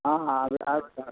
हँ हँ अभी आबि गेलहुँ